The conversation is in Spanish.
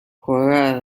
juega